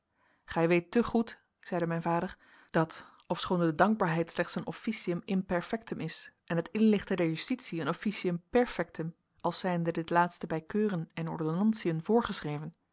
gij weet te goed zeide mijn vader dat ofschoon de dankbaarheid slechts een officium inperfectum is en het inlichten der justitie een officium perfectum als zijnde dit laatste bij keuren en ordonnantiën